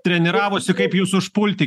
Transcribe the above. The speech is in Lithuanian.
treniravosi kaip jus užpulti